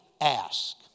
ask